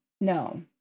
No